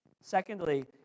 Secondly